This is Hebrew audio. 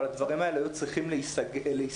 אבל הדברים האלה היו צריכים להיסגר